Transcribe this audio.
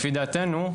לפי דעתנו,